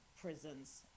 prisons